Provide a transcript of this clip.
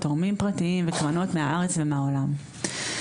תורמים פרטיים וקרנות מהארץ ומהעולם כולו.